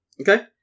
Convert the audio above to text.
Okay